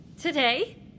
Today